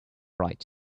right